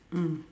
mm